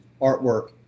artwork